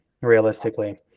realistically